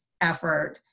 effort